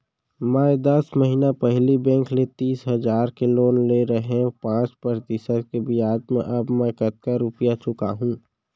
मैं दस महिना पहिली बैंक ले तीस हजार के लोन ले रहेंव पाँच प्रतिशत के ब्याज म अब मैं कतका रुपिया चुका हूँ?